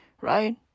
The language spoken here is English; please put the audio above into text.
right